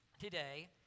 today